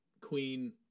Queen